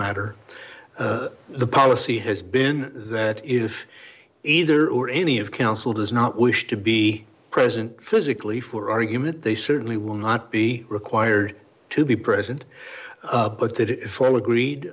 matter the policy has been that if either or any of counsel does not wish to be present physically for argument they certainly will not be required to be present but that if all agreed